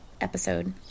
episode